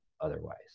otherwise